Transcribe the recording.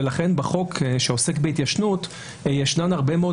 ולכן בחוק שעוסק בהתיישנות יש הרבה מאוד